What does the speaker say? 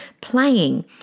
playing